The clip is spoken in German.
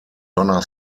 donna